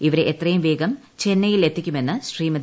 ഇവരെ എത്രയും വേഗം ചെന്നൈയിൽ എത്തിക്കുമെന്ന് ശ്രീമതി